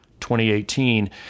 2018